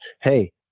hey